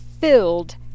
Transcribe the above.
filled